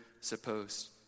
supposed